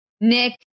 Nick